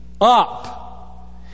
up